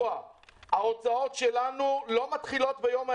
ההוצאות שלנו לא מתחילות ביום האירוע.